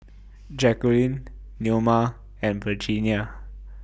Jacquelynn Neoma and Virginia